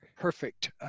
perfect